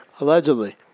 Allegedly